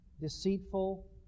Deceitful